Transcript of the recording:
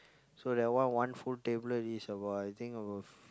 so that one one full tablet is about I think about